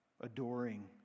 adoring